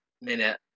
minute